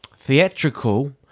theatrical